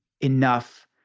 enough